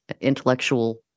intellectual